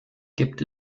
gibt